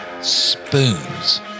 spoons